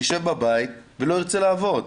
ישב בבית ולא ירצה לעבוד.